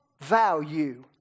value